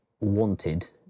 wanted